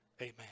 Amen